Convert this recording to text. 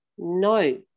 No